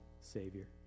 Savior